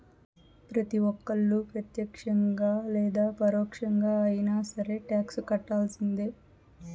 ప్రతి ఒక్కళ్ళు ప్రత్యక్షంగా లేదా పరోక్షంగా అయినా సరే టాక్స్ కట్టాల్సిందే